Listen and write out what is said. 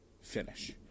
finish